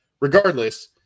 regardless